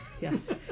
Yes